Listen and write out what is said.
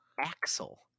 Axel